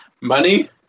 money